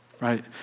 right